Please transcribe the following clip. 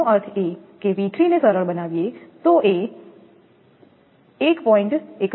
તેનો અર્થ એ કે 𝑉3 ને સરળ બનાવીએ તો એ 1